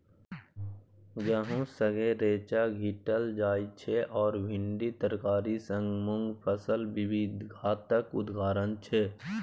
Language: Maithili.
गहुम संगै रैंचा छीटल जाइ छै आ भिंडी तरकारी संग मुँग फसल बिबिधताक उदाहरण छै